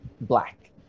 black